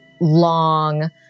long